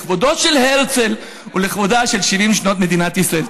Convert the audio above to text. לכבודו של הרצל ולכבודן של 70 שנות מדינת ישראל.